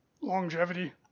longevity